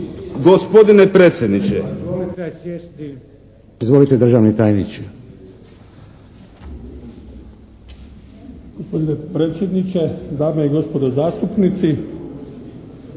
Gospodine predsjedniče, dame i gospodo zastupnici!